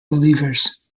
believers